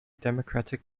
democratic